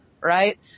Right